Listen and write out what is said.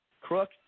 crook